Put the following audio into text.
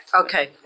Okay